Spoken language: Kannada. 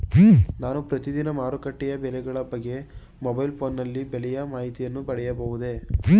ನಾನು ಪ್ರತಿದಿನ ಮಾರುಕಟ್ಟೆಯ ಬೆಲೆಗಳ ಬಗ್ಗೆ ಮೊಬೈಲ್ ಫೋನ್ ಗಳಲ್ಲಿ ಬೆಲೆಯ ಮಾಹಿತಿಯನ್ನು ಪಡೆಯಬಹುದೇ?